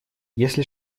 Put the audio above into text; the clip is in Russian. если